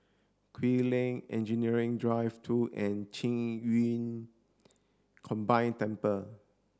Kew Lane Engineering Drive two and Qing Yun Combined Temple